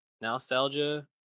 Nostalgia